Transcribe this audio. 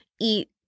eat